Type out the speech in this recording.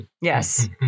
Yes